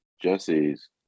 Jesse's